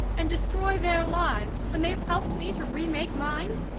and destroy their lives, when they've helped me to remake mine?